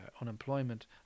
unemployment